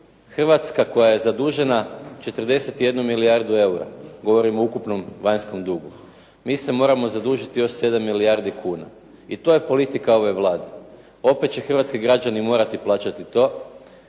Hrvatska koja je zadužena 41 milijardu eura, govorim o ukupnom vanjskom dugu, mi se moramo zadužiti još 7 milijardi kuna. I to je politika ove Vlade. Opet će hrvatski građani morati plaćati to.